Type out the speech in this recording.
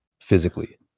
physically